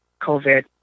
COVID